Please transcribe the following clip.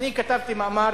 אני כתבתי מאמר